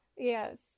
Yes